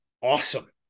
awesome